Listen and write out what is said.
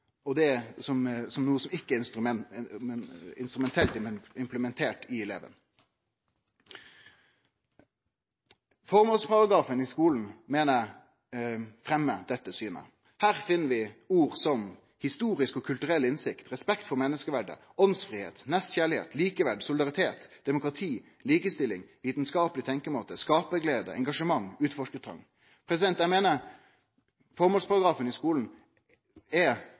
som ikkje er instrumentelt implementert i eleven. Formålsparagrafen i skulen meiner eg fremmar dette synet. Her finn vi ord som «historisk og kulturell innsikt», «respekt for menneskeverdet», «åndsfridom», «nestekjærleik», «likeverd», «solidaritet», «demokrati», «likestilling», «vitskapleg tenkjemåte», «skaparglede», «engasjement», «utforskartrong». Eg meiner formålsparagrafen i skulen står i grell kontrast til målehysteriet som no er